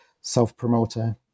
self-promoter